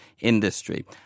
industry